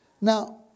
Now